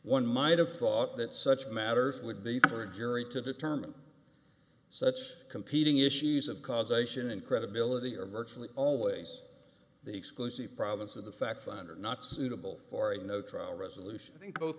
one might have thought that such matters would be for a jury to determine such competing issues of causation and credibility are virtually always the exclusive province of the facts under not suitable for a no trial resolution